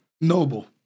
Noble